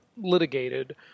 litigated